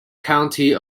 county